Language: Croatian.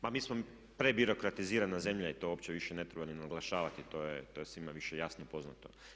Pa mi smo prebirokratizirana zemlja i to uopće više ne treba ni naglašavati, to je svima više jasno i poznato.